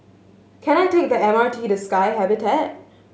can I take the M R T to Sky Habitat